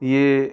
यह